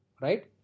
right